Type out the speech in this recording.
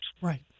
Right